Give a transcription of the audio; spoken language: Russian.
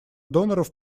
доноров